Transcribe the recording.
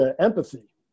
empathy